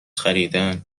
خریدن